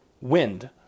Wind